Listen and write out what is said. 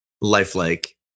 lifelike